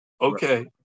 okay